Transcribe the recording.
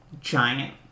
giant